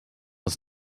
was